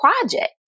project